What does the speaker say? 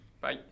Bye